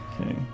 Okay